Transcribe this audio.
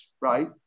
right